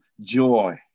joy